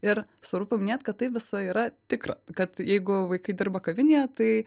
ir svarbu paminėt kad tai visa yra tikra kad jeigu vaikai dirba kavinėje tai